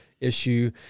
issue